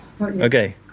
Okay